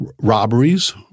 robberies